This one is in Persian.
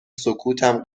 سکوتم